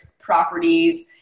properties